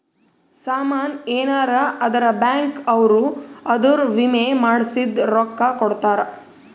ಸಾಮನ್ ಯೆನರ ಅದ್ರ ಬ್ಯಾಂಕ್ ಅವ್ರು ಅದುರ್ ವಿಮೆ ಮಾಡ್ಸಿದ್ ರೊಕ್ಲ ಕೋಡ್ತಾರ